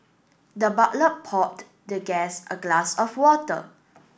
the butler poured the guest a glass of water